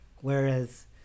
whereas